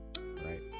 right